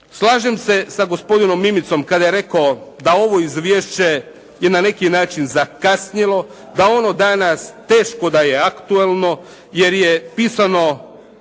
Slažem se sa gospodinom Mimicom kada je rekao da ovo izvješće je na neki način zakasnjelo, da ono danas teško da je aktualno, jer je pisano